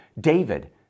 David